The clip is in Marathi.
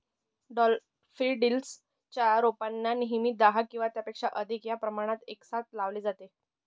डैफोडिल्स च्या रोपांना नेहमी दहा किंवा त्यापेक्षा अधिक या प्रमाणात एकसाथ लावले जाते